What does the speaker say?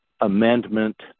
amendment